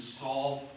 solve